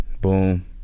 Boom